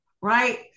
right